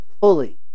fully